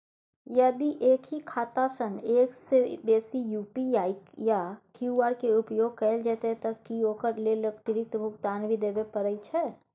यदि एक ही खाता सं एक से बेसी यु.पी.आई या क्यू.आर के उपयोग कैल जेतै त की ओकर लेल अतिरिक्त भुगतान भी देबै परै छै?